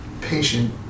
patient